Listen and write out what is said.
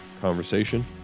conversation